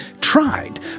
tried